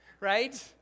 right